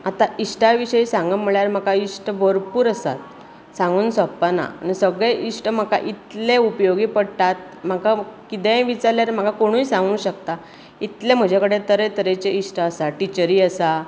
आता इश्टा विशयी सांगप म्हळ्यार म्हाका इश्ट भरपूर आसात सांगून सोंपपाना आनी सगळे इश्ट म्हाका इतले उपयोगी पडटात म्हाका कितेंय विचारल्यार म्हाका कोणूय सांगोंक शकता इतले म्हजे कडेन तरे तरेचे इश्ट आसा टिचरी आसा